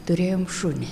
turėjom šunį